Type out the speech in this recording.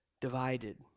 divided